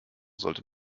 sollte